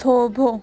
થોભો